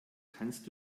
kannst